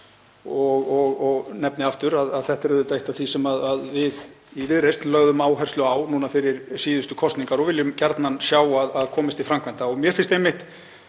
og nefni aftur að þetta er eitt af því sem við í Viðreisn lögðum áherslu á fyrir síðustu kosningar og viljum gjarnan sjá að komist til framkvæmda. Mér finnst gott